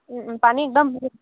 পানী ভাল